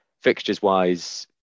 Fixtures-wise